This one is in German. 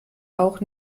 auch